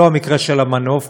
לא המקרה של המנוף,